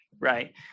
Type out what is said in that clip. right